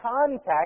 contact